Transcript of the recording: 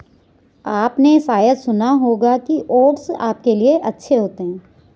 आपने शायद सुना होगा कि ओट्स आपके लिए अच्छे होते हैं